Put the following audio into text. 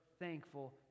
thankful